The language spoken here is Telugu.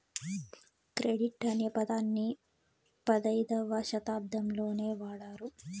క్రెడిట్ అనే పదాన్ని పదైధవ శతాబ్దంలోనే వాడారు